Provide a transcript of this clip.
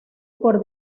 por